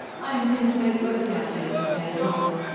i intend to make both young ladies pay toll.